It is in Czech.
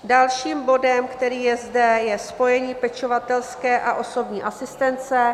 Dalším bodem, který je zde, je spojení pečovatelské a osobní asistence.